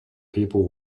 people